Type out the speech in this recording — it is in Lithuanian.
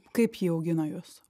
kaip ji augino jus